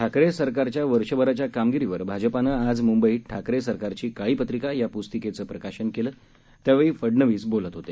ठाकरे सरकारच्या वर्षभराच्या कमागिरीवर भाजपानं आज मुंबईत ठाकरे सरकारची काळी पत्रिका या प्स्तिकेचं प्रकाशन केलं त्यावेळी फडनवीस बोलत होते